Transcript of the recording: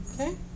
Okay